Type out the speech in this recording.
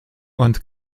und